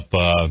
up